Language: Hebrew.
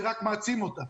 זה רק מעצים אותה.